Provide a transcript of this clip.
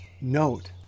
note